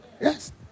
Yes